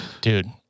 Dude